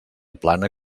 plana